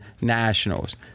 Nationals